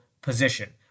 position